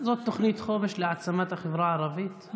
זאת תוכנית חומש להעצמת החברה הערבית,